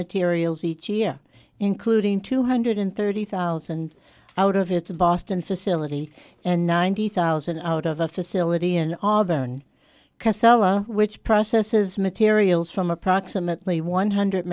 materials each year including two hundred thirty thousand out of its boston facility and ninety thousand out of a facility in auburn casella which processes materials from approximately one hundred